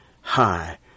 high